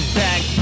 back